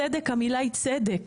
צדק המילה היא צדק.